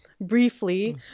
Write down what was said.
briefly